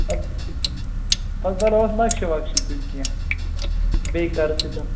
اَتھ تَتھ بَناوو ٲسۍ نَقشہِ وَقشہٕ تہِ کیٚنٛہہ بیٚیہِ کلرٕ سۭتۍ